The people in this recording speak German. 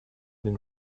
den